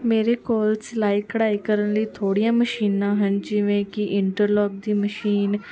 ਮੇਰੇ ਕੋਲ ਸਿਲਾਈ ਕਢਾਈ ਕਰਨ ਲਈ ਥੋੜ੍ਹੀਆਂ ਮਸ਼ੀਨਾਂ ਹਨ ਜਿਵੇਂ ਕਿ ਇੰਟਰਲੋਕ ਦੀ ਮਸ਼ੀਨ